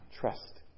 Trust